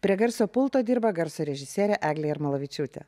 prie garso pulto dirba garso režisierė eglė jarmalavičiūtė